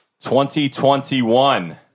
2021